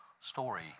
Story